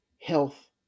health